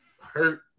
hurt